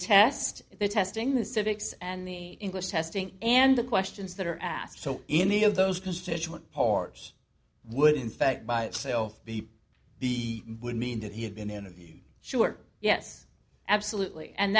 test the testing the civics and the english testing and the questions that are asked so any of those constituent parts would in fact by itself be the would mean that he had been interviewed sure yes absolutely and